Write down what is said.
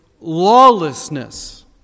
lawlessness